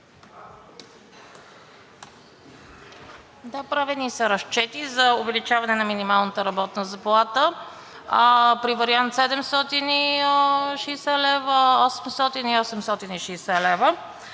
Да, правени са разчети за увеличаване на минималната работна заплата при вариант 760 лв.,